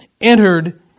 entered